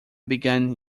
begun